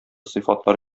сыйфатлар